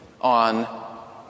on